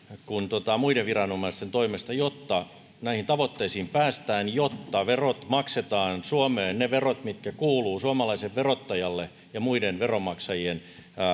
kuin muiden viranomaisten toimesta jotta näihin tavoitteisiin päästään jotta verot maksetaan suomeen ne verot mitkä kuuluvat suomalaiselle verottajalle ja muiden veronmaksajien